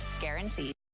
guaranteed